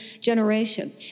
generation